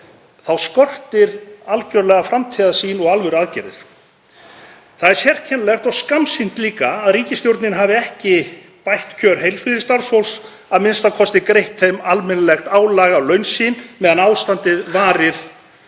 skortir algerlega framtíðarsýn og alvöruaðgerðir. Það er sérkennilegt og skammsýnt líka að ríkisstjórnin hafi ekki bætt kjör heilbrigðisstarfsfólks, a.m.k. greitt því almennilegt álag á laun meðan ástandið varir